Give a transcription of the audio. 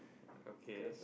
okay